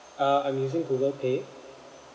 uh I'm using google pay